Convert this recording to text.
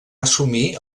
assumir